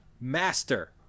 Master